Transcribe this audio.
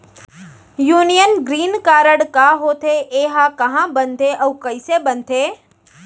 Union green card का होथे, एहा कहाँ बनथे अऊ कइसे बनथे?